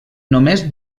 només